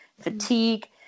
fatigue